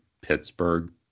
Pittsburgh